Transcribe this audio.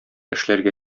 эшләргә